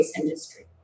industry